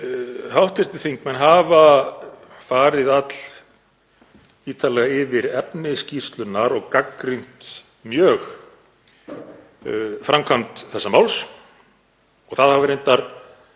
Hv. þingmenn hafa farið allítarlega yfir efni skýrslunnar og gagnrýnt mjög framkvæmd þessa máls. Það hafa reyndar